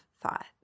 thought